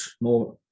more